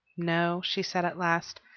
no, she said at last.